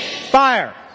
Fire